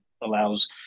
allows